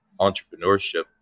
entrepreneurship